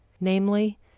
namely